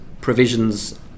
provisions